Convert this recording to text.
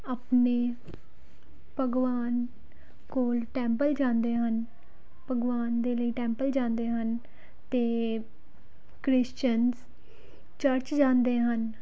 ਆਪਣੇ ਭਗਵਾਨ ਕੋਲ ਟੈਂਪਲ ਜਾਂਦੇ ਹਨ ਭਗਵਾਨ ਦੇ ਲਈ ਟੈਂਪਲ ਜਾਂਦੇ ਹਨ ਅਤੇ ਕ੍ਰਿਸਚਨਸ ਚਰਚ ਜਾਂਦੇ ਹਨ